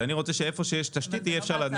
אני רוצה שהיכן שיש תשתית, אפשר יהיה להניח.